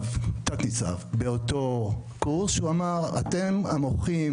תת-ניצב באותו קורס, הוא אמר: אתם, המוחים